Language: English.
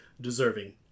deserving